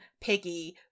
piggy